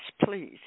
please